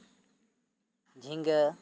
ᱡᱷᱤᱸᱜᱟᱹ